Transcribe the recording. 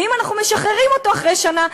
ואם אנחנו משחררים אותו אחרי שנה,